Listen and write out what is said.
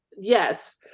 Yes